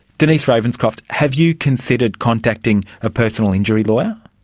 denise ravenscroft, have you considered contacting a personal injury lawyer?